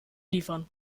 liefern